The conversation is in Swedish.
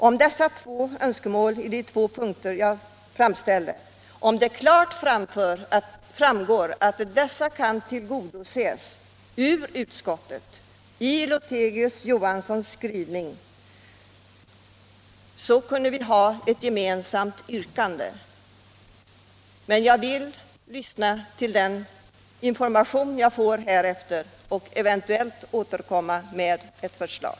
Om det klart framgår att önskemålen på de två punkter jag berört kan tillgodoses genom herrar Lothigius och Johanssons i Skärstad skrivning kunde vi ha ett gemensamt yrkande. Men jag vill lyssna till den information jag får härefter och eventuellt återkomma med ett förslag.